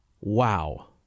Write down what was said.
Wow